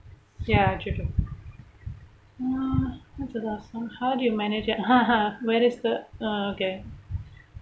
ya true true uh what's the last one how do you manage your where is the uh okay